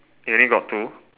you only got two